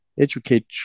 educate